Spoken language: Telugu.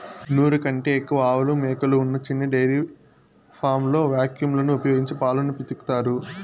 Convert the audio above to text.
నూరు కంటే ఎక్కువ ఆవులు, మేకలు ఉన్న చిన్న డెయిరీ ఫామ్లలో వాక్యూమ్ లను ఉపయోగించి పాలను పితుకుతారు